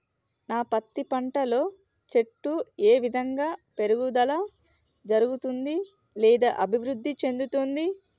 నా పత్తి పంట లో చెట్టు ఏ విధంగా పెరుగుదల జరుగుతుంది లేదా అభివృద్ధి చెందుతుంది?